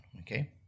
okay